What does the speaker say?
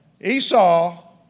Esau